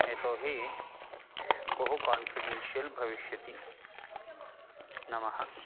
यतो हि बहु कान्फ़िडेन्शियल् भविष्यति नमः